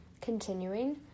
continuing